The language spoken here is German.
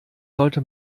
sollte